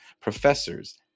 Professors